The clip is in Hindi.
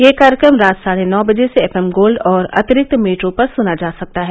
यह कार्यक्रम रात साढे नौ बजे से एफ एम गोल्ड और अतिरिक्त मीटरों पर सुना जा सकता है